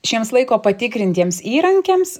šiems laiko patikrintiems įrankiams